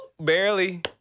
barely